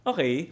Okay